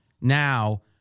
Now